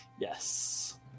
Yes